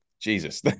Jesus